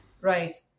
Right